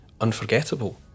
unforgettable